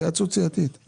התייעצות סיעתית.